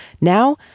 Now